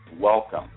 welcome